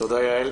תודה, יעל.